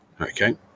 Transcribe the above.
Okay